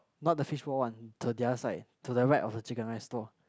not the fish ball one to the other side to the right of the chicken rice stall